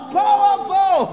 powerful